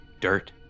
dirt